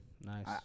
Nice